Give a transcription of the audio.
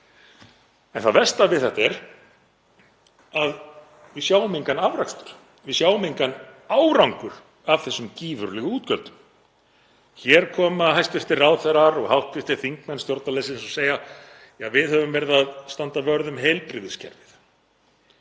Það versta við þetta er að við sjáum engan afrakstur, við sjáum engan árangur af þessum gífurlegu útgjöldum. Hér koma hæstv. ráðherrar og hv. þingmenn stjórnarliðsins og segja: Við höfum verið að standa vörð um heilbrigðiskerfið.